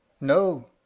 No